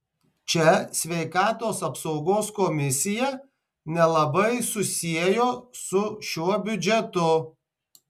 čia sveikatos apsaugos komisija nelabai susiejo su šiuo biudžetu